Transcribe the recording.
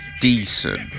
decent